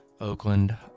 Oakland